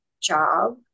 job